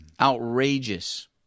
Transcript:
Outrageous